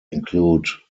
include